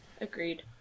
Agreed